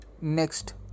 Next